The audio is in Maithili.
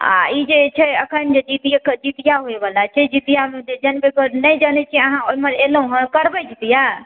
आओर ई जे छै एखन जे जितिआ खरजितिआ होइवला छै जितिआमे जे नहि जानै छिए अहाँ एमहर अएलहुँ हँ करबै जितिआ